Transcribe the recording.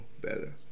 better